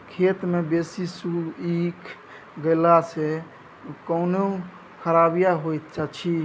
खेत मे बेसी सुइख गेला सॅ कोनो खराबीयो होयत अछि?